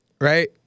right